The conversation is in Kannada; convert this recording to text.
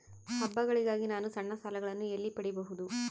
ಹಬ್ಬಗಳಿಗಾಗಿ ನಾನು ಸಣ್ಣ ಸಾಲಗಳನ್ನು ಎಲ್ಲಿ ಪಡಿಬಹುದು?